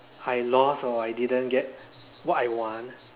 I lost or I didn't get what I want